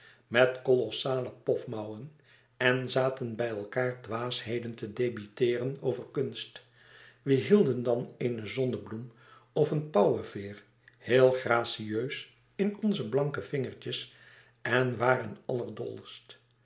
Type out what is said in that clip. met kolossale pofmouwen en zaten bij elkaar dwaasheden te debiteeren over kunst we hielden dan eene zonnebloem of een pauweveêr heel gracieus in onze blanke vingertjes en waren